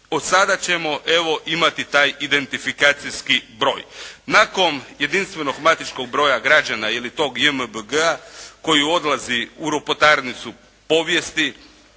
Od sada ćemo evo imati taj identifikacijski broj. Nakon jedinstvenog matičnog broja građana ili tog JMBG-a koji odlazi u ropotarnicu povijesti,